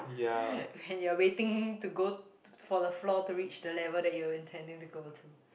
when you're waiting to go for the floor to reach the level that you're intending to go to